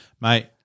mate